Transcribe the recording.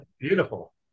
beautiful